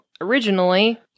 originally